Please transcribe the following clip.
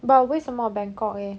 but 为什么 bangkok eh